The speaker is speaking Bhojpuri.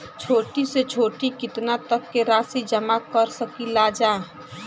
छोटी से छोटी कितना तक के राशि जमा कर सकीलाजा?